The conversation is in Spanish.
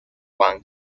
juan